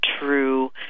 true